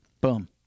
Boom